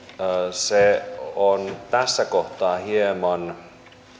se on tässä kohtaa hieman